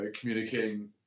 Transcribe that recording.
communicating